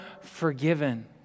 forgiven